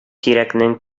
тирәкнең